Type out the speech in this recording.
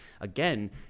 again